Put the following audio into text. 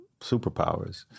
superpowers